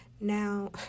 now